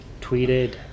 tweeted